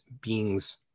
beings